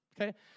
Okay